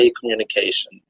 communication